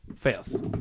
Fails